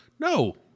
No